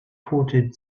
reported